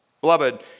Beloved